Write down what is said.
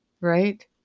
right